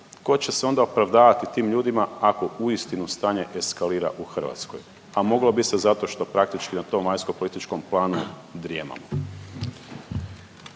tko će se onda opravdavati tim ljudima ako uistinu stanje eskalira u Hrvatskoj, a moglo bi se zato što praktički na tom vanjskopolitičkom planu drijemamo.